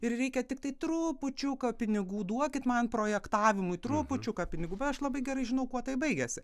ir reikia tiktai trupučiuką pinigų duokit man projektavimui trupučiuką pinigų bet aš labai gerai žinau kuo tai baigiasi